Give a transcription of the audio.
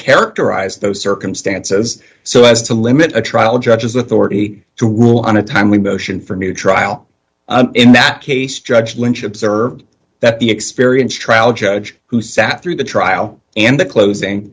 characterize those circumstances so as to limit a trial judge's authority to rule on a timely motion for a new trial in that case judge lynch observed that the experience trial judge who sat through the trial and the closing